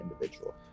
individual